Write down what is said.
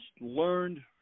learned